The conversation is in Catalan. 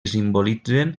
simbolitzen